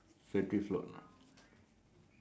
must must circle the old man ya